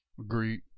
Agreed